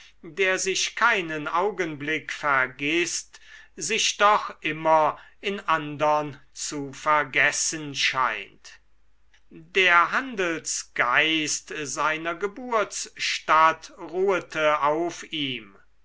der sich keinen augenblick vergißt sich doch immer in andern zu vergessen scheint der handelsgeist seiner geburtsstadt ruhete auf ihm